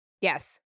Yes